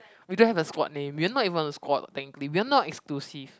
we don't have a squad name we're not even on a squad or thing we all not exclusive